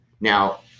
Now